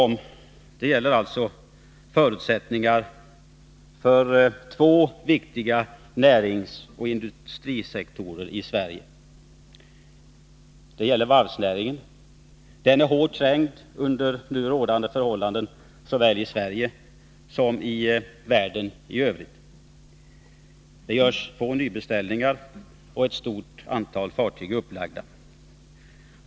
Vad vi nu skall besluta om är förutsättningar för två viktiga näringsoch industrisektorer i Sverige. Det gäller varvsnäringen. Den är f. n. hårt trängd såväl i Sverige som i världen i övrigt. Det görs få nybeställningar. Det gäller också sjöfarten. Ett stort antal fartyg är upplagda.